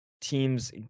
team's